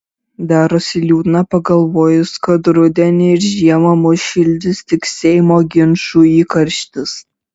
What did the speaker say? darosi liūdna pagalvojus kad rudenį ir žiemą mus šildys tik seimo ginčų įkarštis